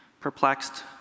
perplexed